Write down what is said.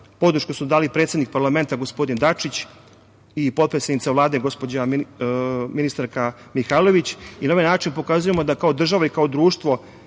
podršku su dali predsednik parlamenta gospodin Dačić i potpredsednica Vlade gospođa ministarka Mihajlović. Na ovaj način pokazujemo da smo kao država i kao društvo